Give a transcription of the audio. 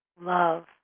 Love